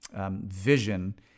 vision